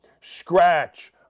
scratch